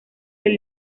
del